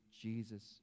Jesus